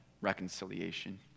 reconciliation